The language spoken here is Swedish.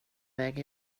väg